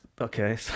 Okay